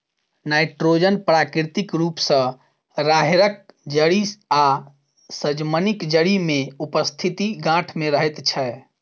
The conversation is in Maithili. नाइट्रोजन प्राकृतिक रूप सॅ राहैड़क जड़ि आ सजमनिक जड़ि मे उपस्थित गाँठ मे रहैत छै